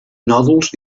nòduls